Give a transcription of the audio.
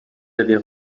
avez